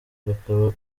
bakaba